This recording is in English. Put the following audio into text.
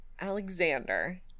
Alexander